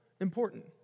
important